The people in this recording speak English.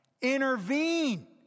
Intervene